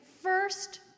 first